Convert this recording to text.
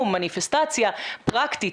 מניפסטציה פרקטית,